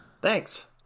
Thanks